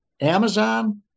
Amazon